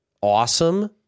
awesome